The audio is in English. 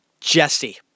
Jesse